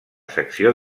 secció